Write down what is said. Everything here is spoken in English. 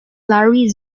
larry